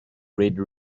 red